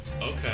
Okay